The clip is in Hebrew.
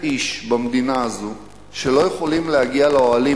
איש במדינה הזאת שלא יכולים להגיע לאוהלים,